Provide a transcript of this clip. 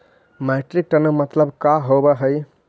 Metric tonne मतलब का होव हइ?